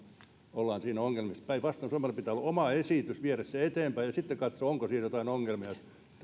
ollaan siinä ongelmissa suomella pitää päinvastoin olla oma esitys jota viedä eteenpäin ja sitten katsotaan onko siinä jotain ongelmia